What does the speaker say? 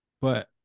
but-